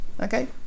Okay